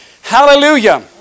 Hallelujah